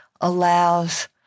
allows